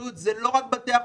זה לא רק בתי החולים,